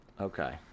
Okay